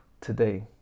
today